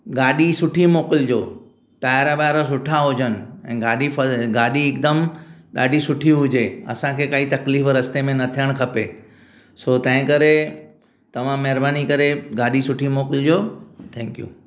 गाॾी सुठी मोकिलिजो टायर बायर सुठा हुजनि ऐं गाॾी फ़ गाॾी हिकदमि ॾाढी सुठी हुजे असांखे काई तकलीफ़ रस्ते में न थियण खपे सो तंहिं करे तव्हां महिरबानी करे गाॾी सुठी मोकिलिजो थैंक्यू